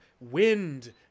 wind